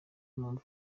mpamvu